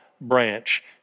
branch